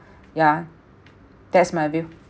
yeah that's my view